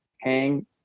hang